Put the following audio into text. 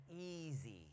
easy